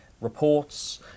reports